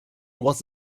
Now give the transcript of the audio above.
was